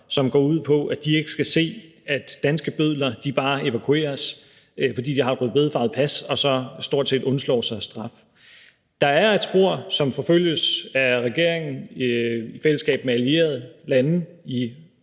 som går ud på, at de ikke skal se, at danske bødler bare evakueres, fordi de har et rødbedefarvet pas, og så stort set undslår sig straf. Der er et spor, som forfølges af regeringen i fællesskab med allierede lande i